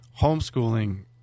homeschooling